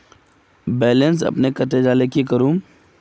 Balance अपने कते जाले की करूम?